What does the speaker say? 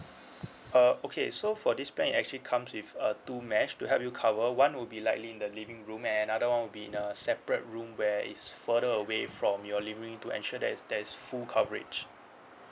uh okay so for this plan it actually comes with uh two mesh to help you cover one would be like in the living room and another one will be in a separate room where it is further away from your living room to ensure that there is full coverage